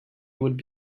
would